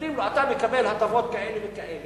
מסבירים לו: אתה מקבל הטבות כאלה וכאלה.